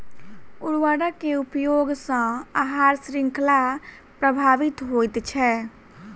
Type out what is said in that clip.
उर्वरक के उपयोग सॅ आहार शृंखला प्रभावित होइत छै